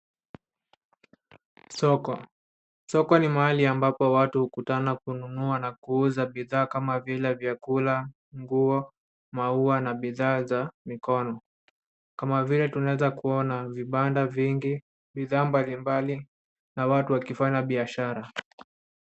Soko. Soko ni mahali ambapo watu hukutana kununua na kuuza bidhaa kama vile vyakula, nguo, maua na bidhaa za mikono, kama vile tunaweza kuona vibanda vingi, bidhaa mbalimbali na watu wakifanya biashara.